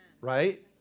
Right